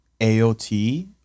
aot